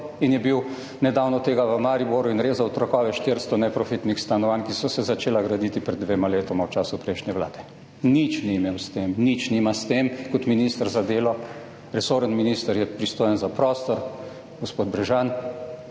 In je bil nedavno tega v Mariboru in rezal trakove 400 neprofitnih stanovanj, ki so se začela graditi pred dvema letoma v času prejšnje vlade. Nič ni imel s tem, nič nima s tem kot minister za delo. Pristojen je resorni minister, za prostor, gospod Brežan.